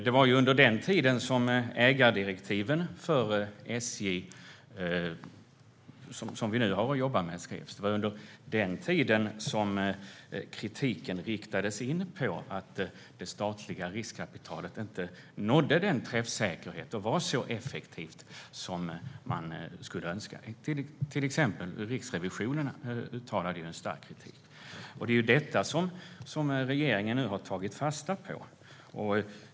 Det var ju under den tiden de ägardirektiv för SJ vi nu har att jobba med skrevs, och det var under den tiden kritiken riktades mot att det statliga riskkapitalet inte nådde den träffsäkerhet och var så effektivt som man skulle ha önskat. Till exempel Riksrevisionen uttalade ju stark kritik. Det är detta regeringen nu har tagit fasta på.